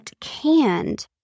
canned